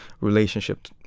relationship